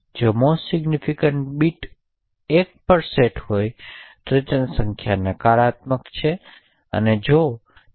જો most significant બીટ1 પર સેટ કરેલું હોય તો સંખ્યા નકારાત્મક સંખ્યા તરીકે સેટ થઈ છે